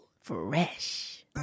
Fresh